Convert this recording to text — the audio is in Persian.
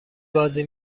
بازی